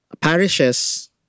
parishes